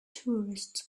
tourists